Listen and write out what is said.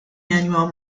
manuel